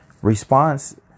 Response